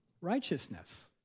Righteousness